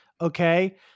okay